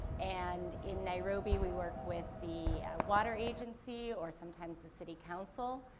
and in narobi, we work with the water agency or sometimes the city council.